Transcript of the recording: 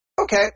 okay